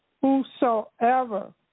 whosoever